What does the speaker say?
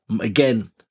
Again